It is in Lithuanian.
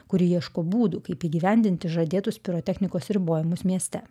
kuri ieško būdų kaip įgyvendinti žadėtus pirotechnikos ribojimus mieste